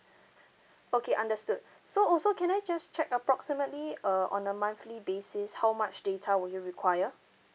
okay understood so also can I just check approximately err on a monthly basis how much data would you require